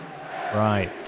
Right